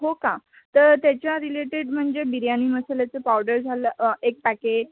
हो का तर त्याच्या रिलेटेड म्हणजे बिर्याणी मसाल्याचं पावडर झालं एक पॅकेट